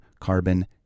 carbon